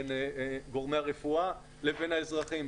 לבין גורמי הרפואה לבין האזרחים,